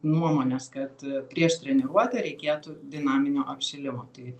nuomonės kad prieš treniruotę reikėtų dinaminio apšilimo tai